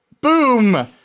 Boom